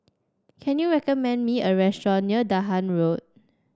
can you recommend me a restaurant near Dahan Road